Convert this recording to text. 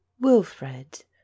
wilfred